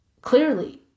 clearly